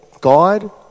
God